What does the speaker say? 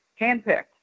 handpicked